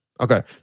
Okay